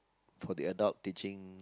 for the adult teaching